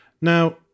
Now